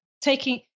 taking